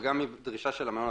וגם דרישה של המעונות.